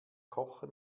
kochen